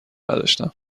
نداشتم